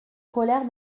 colère